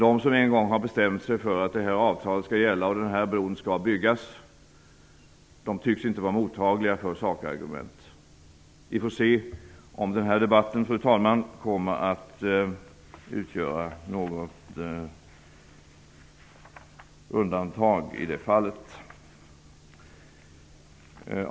De som en gång har bestämt sig för att det här avtalet skall gälla och den här bron skall byggas tycks inte vara mottagliga för sakargument. Vi får se om den här debatten, fru talman, kommer att utgöra något undantag i det fallet.